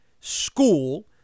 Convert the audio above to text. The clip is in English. school